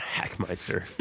Hackmeister